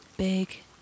Big